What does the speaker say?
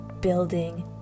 building